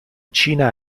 cina